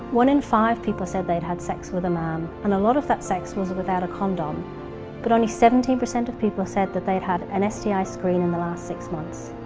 one in five people said they'd had sex with a man and a lot of that sex was without a condom but only seventeen percent of people said that they'd had an an sti screen in the last six months.